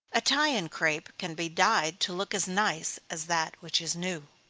italian crape can be dyed to look as nice as that which is new.